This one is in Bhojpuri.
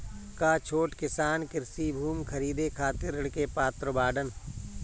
का छोट किसान कृषि भूमि खरीदे खातिर ऋण के पात्र बाडन?